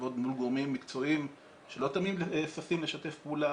לעבוד מול גורמים שלא תמיד ששים לשתף פעולה,